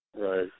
Right